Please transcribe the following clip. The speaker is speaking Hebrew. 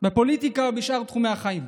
הפוליטיקה ובשאר תחומי החיים.